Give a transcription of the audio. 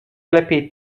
lepiej